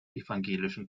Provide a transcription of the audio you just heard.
evangelischen